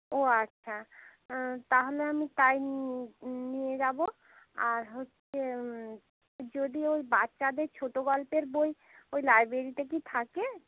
ও আচ্ছা তাহলে আমি তাই নিয়ে যাবো আর হচ্চে যদি ওই বাচ্চাদের ছোটো গল্পের বই ওই লাইব্রেরিতে কি থাকে